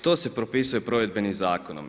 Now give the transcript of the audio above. To se propisuje provedbenim zakonom.